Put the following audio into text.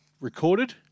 recorded